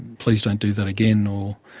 please don't do that again or,